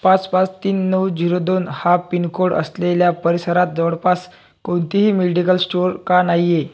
पाच पाच तीन नऊ जिरो दोन हा पिनकोड असलेल्या परिसरात जवळपास कोणतेही मेडिकल स्टोअर का नाही आहे